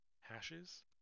hashes